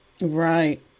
Right